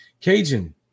Cajun